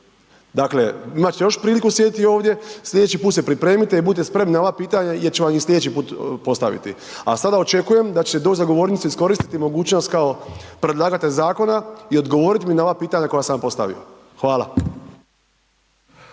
Dakle, imate još priliku sjediti ovdje, sljedeći put se pripremite i budite spremni na ova pitanja jer će vam i slijedeći put postaviti. A sada očekujem da ćete doći za govornicu, iskoristiti mogućnost kao predlagatelj zakona i odgovorit mi na ova pitanja koja sam vam postavio. Hvala.